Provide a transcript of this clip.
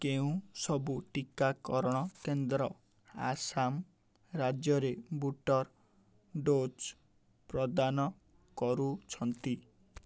କେଉଁ ସବୁ ଟିକାକରଣ କେନ୍ଦ୍ର ଆସାମ ରାଜ୍ୟରେ ବୁଷ୍ଟର୍ ଡୋଜ୍ ପ୍ରଦାନ କରୁଛନ୍ତି